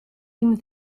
him